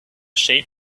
sheep